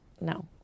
No